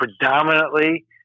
predominantly